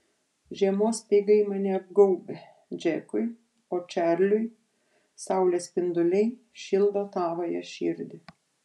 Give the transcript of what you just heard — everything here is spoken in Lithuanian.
žiemos speigai mane apgaubia džekui o čarliui saulės spinduliai šildo tavąją širdį